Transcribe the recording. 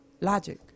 logic